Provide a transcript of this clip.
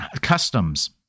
customs